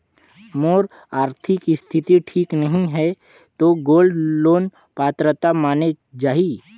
मोर आरथिक स्थिति ठीक नहीं है तो गोल्ड लोन पात्रता माने जाहि?